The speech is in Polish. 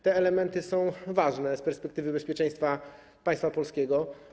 Te elementy są ważne z perspektywy bezpieczeństwa państwa polskiego.